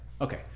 Okay